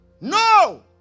No